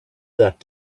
that